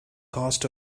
caused